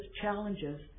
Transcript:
challenges